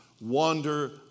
wander